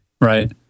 Right